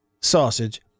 sausage